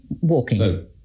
walking